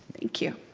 thank you.